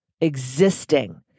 existing